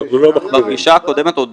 בפגישה הקודמת עוד